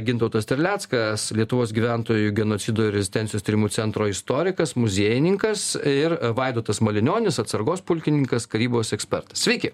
gintautas terleckas lietuvos gyventojų genocido ir rezistencijos tyrimų centro istorikas muziejininkas ir vaidotas malinionis atsargos pulkininkas karybos ekspertas sveiki